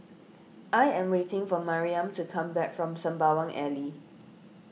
I am waiting for Mariam to come back from Sembawang Alley